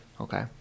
okay